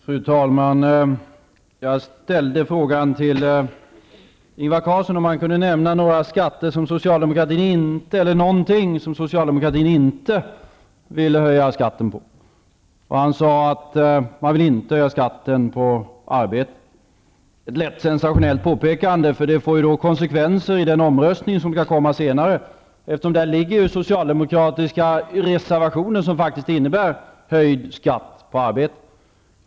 Fru talman! Jag ställde frågan till Ingvar Carlsson om han kunde nämna någonting som socialdemokratin inte ville höja skatten på. Han sade att man inte ville höja skatten på arbete -- ett lätt sensationellt påpekande, eftersom det får konsekvenser i den omröstning som skall företas senare. Där finns socialdemokratiska reservationer som faktiskt innebär höjd skatt på arbete.